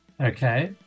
Okay